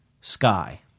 Sky